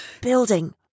building